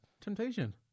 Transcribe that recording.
Temptation